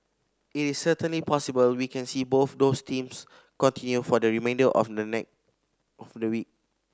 it is certainly possible we can see both those themes continue for the remainder of the of the week